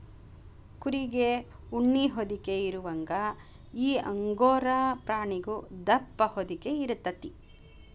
ಕುರಿಗೆ ಉಣ್ಣಿ ಹೊದಿಕೆ ಇರುವಂಗ ಈ ಅಂಗೋರಾ ಪ್ರಾಣಿಗು ದಪ್ಪ ಹೊದಿಕೆ ಇರತತಿ